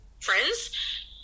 friends